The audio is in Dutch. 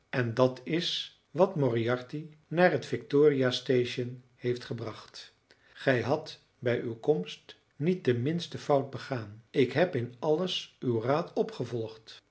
en dat is het wat moriarty naar het victoria station heeft gebracht gij hadt bij uw komst niet de minste fout begaan ik heb in alles uw raad opgevolgd